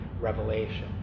Revelation